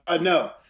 No